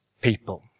people